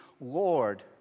Lord